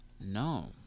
No